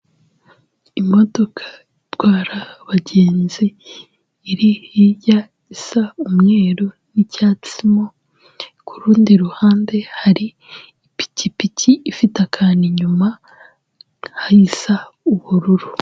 Imodoka itwara abagenzi, iri hirya isa umweru n'icyatsi, ku rundi ruhande hari ipikipiki ifite akantu inyuma isa ubururu.